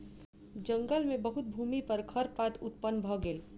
जंगल मे बहुत भूमि पर खरपात उत्पन्न भ गेल